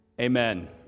Amen